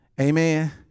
Amen